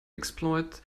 exploit